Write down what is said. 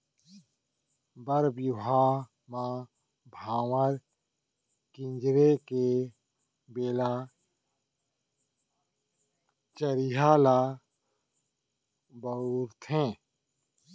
बर बिहाव म भांवर किंजरे के बेरा चरिहा ल बउरथे